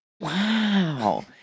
Wow